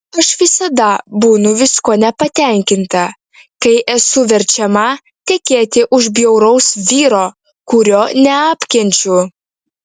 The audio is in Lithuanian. aš visada būnu viskuo nepatenkinta kai esu verčiama tekėti už bjauraus vyro kurio neapkenčiu